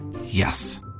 Yes